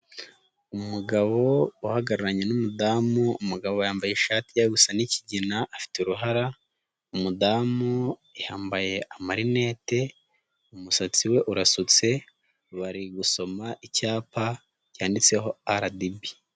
Umugabo uhagararanye n'umudamu, umugabo yambaye ishati ijya gusa n'ikigina afite uruhara, umudamu yambaye amarinete, umusatsi we urasutse bari gusoma icyapa cyanditseho RDB.